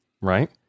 Right